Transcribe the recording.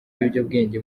ibiyobyabwenge